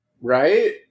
Right